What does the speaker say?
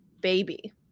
baby